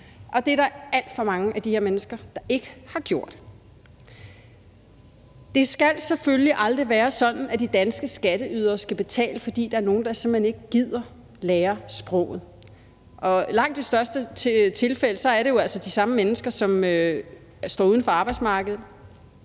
og det er der alt for mange af de her mennesker der ikke har gjort. Det skal selvfølgelig aldrig være sådan, at de danske skatteydere skal betale, fordi der er nogen, der simpelt hen ikke gider lære sproget. I langt de fleste tilfælde er det jo altså de samme mennesker, som står uden for arbejdsmarkedet,